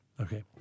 Okay